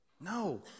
No